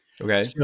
Okay